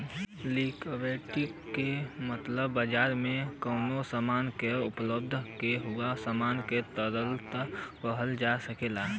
liquidity क मतलब बाजार में कउनो सामान क उपलब्धता के उ सामान क तरलता कहल जा सकल जाला